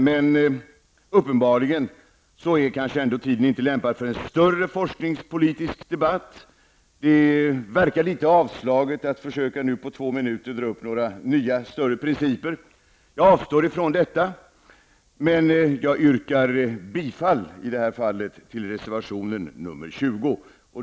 Men tiden är kanske ändå inte lämpad för en större forskningspolitisk debatt. Det verkar litet avslaget att nu på två minuter försöka dra upp några nya större principer, och jag avstår från det. Men jag yrkar i det här fallet bifall till reservation 20.